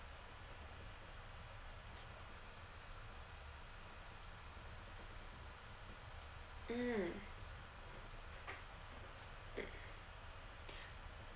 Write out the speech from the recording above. mm